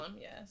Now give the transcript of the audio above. yes